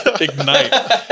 ignite